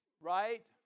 Right